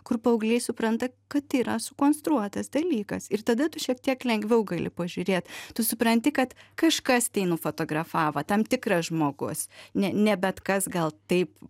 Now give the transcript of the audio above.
kur paaugliai supranta kad tai yra sukonstruotas dalykas ir tada tu šiek tiek lengviau gali pažiūrėt tu supranti kad kažkas tai nufotografavo tam tikras žmogus ne ne bet kas gal taip